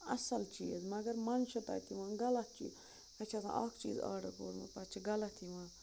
اَصٕل چیٖز مگر مَنٛزٕ چھُ تَتہِ یِوان غلَط چی اَسہِ چھُ آسان اَکھ چیٖز آرڈَر کوٚرمُت پَتہٕ چھُ غلَط یِوان